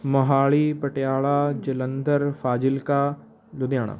Mohali Patiala Jalandhar Fazilka Ludhiana